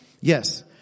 Yes